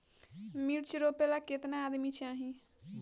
मिर्च रोपेला केतना आदमी चाही?